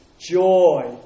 joy